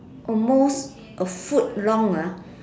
almost a foot long ah